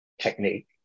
technique